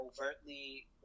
overtly